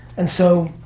and so,